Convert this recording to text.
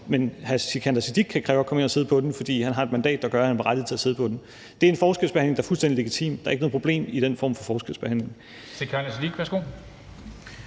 hr. Sikandar Siddique kan kræve at komme ind og sidde på den, fordi han har et mandat, der gør, at han er berettiget til det. Det er en forskelsbehandling, der er fuldstændig legitim. Der er ikke noget problem med den form for forskelsbehandling.